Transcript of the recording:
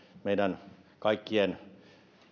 meidän kaikkien